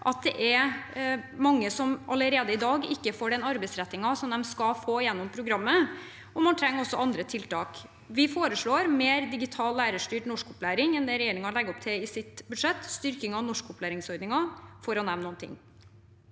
at det er mange som allerede i dag ikke får den arbeidsrettingen de skal få gjennom programmet, og man trenger også andre tiltak. Vi foreslår mer digital lærerstyrt norskopplæring enn det regjeringen legger opp til i sitt budsjett, og styrking av norskopplæringsordningen, for å nevne noen